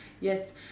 Yes